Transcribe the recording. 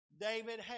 David